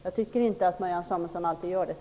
Jag tycker inte alltid att Marianne Samuelsson gör det.